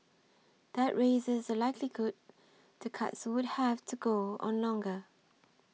that raises the likelihood the cuts would have to go on longer